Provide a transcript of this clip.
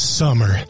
summer